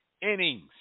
innings